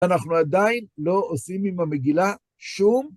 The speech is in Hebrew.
אנחנו עדיין לא עושים עם המגילה שום...